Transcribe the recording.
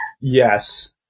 Yes